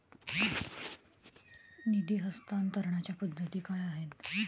निधी हस्तांतरणाच्या पद्धती काय आहेत?